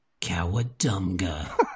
Cowadunga